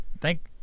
thank